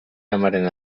amaren